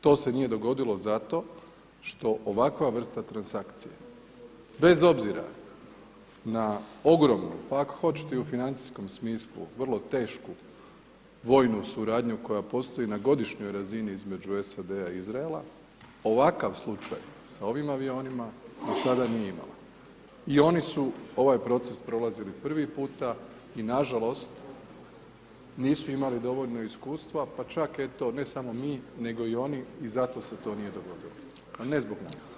To se nije dogodilo zato što ovakva vrsta transakcije bez obzira na ogromnu, pa ako hoćete i u financijskom smislu, vrlo tešku vojnu suradnju koja postoji na godišnjoj razini između SAD-a i Izraela, ovakav slučaj s ovim avionima, do sada nije imala i oni su ovaj proces prolazili prvi puta i nažalost, nisu imali dovoljno iskustva, pa čak eto, ne samo mi, nego i oni i zato se to nije dogodilo, a ne zbog nas.